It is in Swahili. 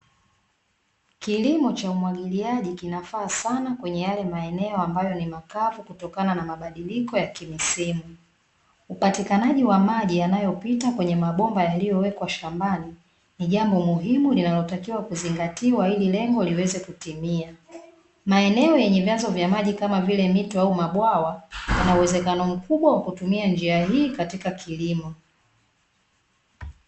Kilimo cha umwagiliaji kinafaa sana kwenye yale maeneo ambayo ni makavu kutokana na mabadiliko ya kimisimu. Upatikanaji wa maji yanayopita kwenye mabomba yaliyowekwa shambani ni jambo muhimu linalotakiwa kuzingatiwa ili lengo liweze kutimia, maeneo yenye vyanzo vya maji kama vile mito au mabwawa yana uwezekano mkubwa wa kutumia njia hii katika kilimo.